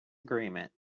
agreement